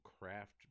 craft